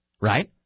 right